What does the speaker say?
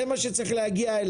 לזה צריך להגיע.